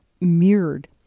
mirrored